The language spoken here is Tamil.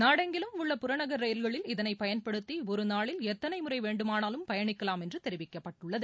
நாடெங்கிலும் உள்ள புறநகர் ரயில்களில் இதனைப் பயன்படுத்தி ஒரு நாளில் எத்தனை முறை வேண்டுமானாலும் பயணிக்கலாம் என்று தெரிவிக்கப்பட்டுள்ளது